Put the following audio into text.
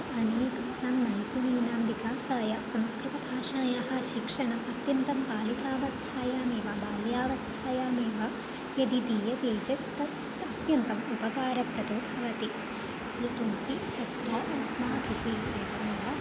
अनेकेषां नैपुणानां विकासाय संस्कृतभाषायाः शिक्षणम् अत्यन्तं बालिकावस्थायामेव बाल्यावस्थायामेव यदि दीयते चेत् तत् अत्यन्तम् उपकारप्रदं भवति यतो हि तत्र अस्माभिः एव